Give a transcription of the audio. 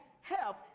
help